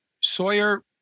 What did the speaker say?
Sawyer